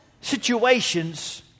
situations